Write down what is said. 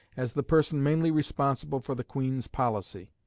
as the person mainly responsible for the queen's policy.